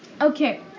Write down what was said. Okay